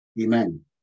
Amen